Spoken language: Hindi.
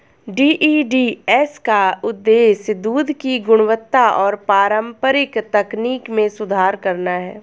डी.ई.डी.एस का उद्देश्य दूध की गुणवत्ता और पारंपरिक तकनीक में सुधार करना है